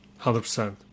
100%